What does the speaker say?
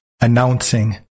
Announcing